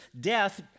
death